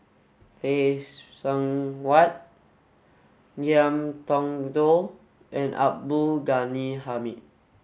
Phay Seng Whatt Ngiam Tong Dow and Abdul Ghani Hamid